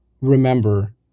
remember